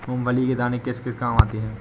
मूंगफली के दाने किस किस काम आते हैं?